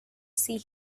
see